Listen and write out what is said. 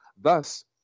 Thus